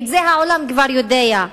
ואת זה העולם כבר יודע,